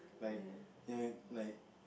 like you know like